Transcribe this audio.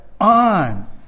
on